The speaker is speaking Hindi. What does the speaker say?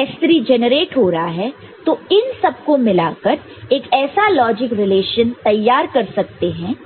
S3 जेनरेट हो रहा है तो इन सबको मिलाकर एक ऐसा लॉजिक रिलेशन तैयार कर सकते हैं